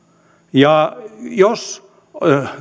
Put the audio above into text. ja jos